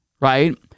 right